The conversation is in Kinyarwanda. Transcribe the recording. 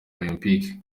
olempike